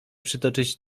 przytoczyć